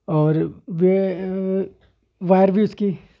اور وہ وائر بھی اس کی